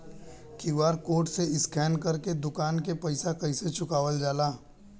QR code से scan कर के दुकान के पैसा कैसे चुकावल जाला?